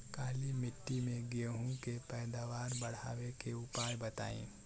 काली मिट्टी में गेहूँ के पैदावार बढ़ावे के उपाय बताई?